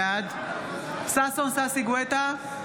בעד ששון ששי גואטה,